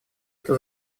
это